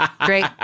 Great